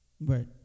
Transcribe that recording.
Right